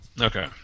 Okay